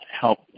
help